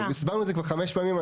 הסברנו את זה כבר חמש פעמים.